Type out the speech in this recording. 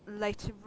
later